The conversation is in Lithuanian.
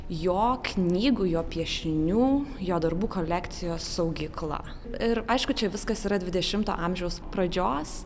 jo knygų jo piešinių jo darbų kolekcijos saugykla ir aišku čia viskas yra dvidešimto amžiaus pradžios